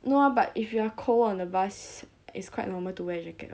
no ah but if you are cold on the bus is quite normal to wear jacket [what]